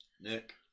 Nick